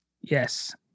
Yes